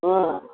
ಹ್ಞೂ